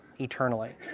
eternally